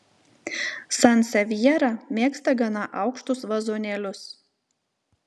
sansevjera mėgsta gana aukštus vazonėlius